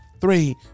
three